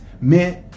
meant